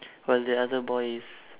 while the other boy is